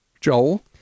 Joel